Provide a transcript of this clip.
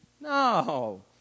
No